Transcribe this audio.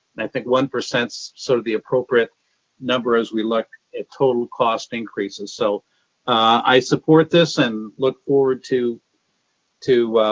and i think one s sort of the appropriate number as we look at total cost increases. so i support this and look forward to to